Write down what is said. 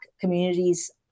communities